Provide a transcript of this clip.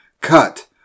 cut